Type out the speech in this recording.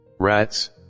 rats